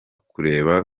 kureba